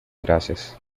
gracias